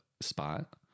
spot